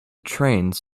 trains